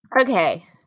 Okay